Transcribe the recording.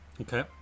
Okay